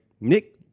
Nick